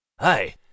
Hi